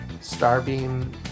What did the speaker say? Starbeam